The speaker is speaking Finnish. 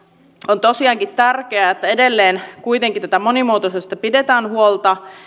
on tosiaankin tärkeää että edelleen kuitenkin monimuotoisuudesta pidetään huolta